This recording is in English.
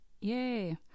yay